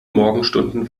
morgenstunden